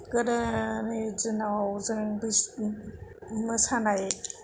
गोदोनि दिनाव जों मोसानाय